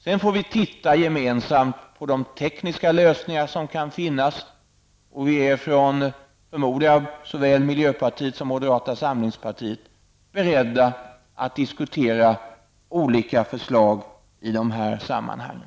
Sedan får vi titta gemensamt på de tekniska lösningar som kan finnas. Vi är, förmodar jag, såväl från miljöpartiet som moderata samlingspartiet beredda att diskutera olika förslag i de sammanhangen.